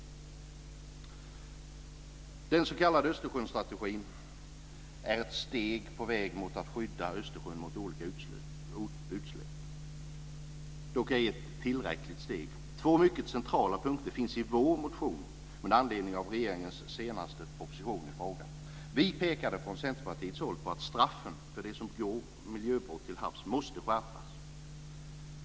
Den s.k. Östersjöstrategin är ett steg på vägen mot att skydda Östersjön mot olika utsläpp. Det är dock ej ett tillräckligt steg. Två mycket centrala punkter finns i vår motion med anledning av regeringens senaste proposition i frågan. Vi pekar från Centerpartiets håll på att straffen för dem som begår miljöbrott till havs måste skärpas.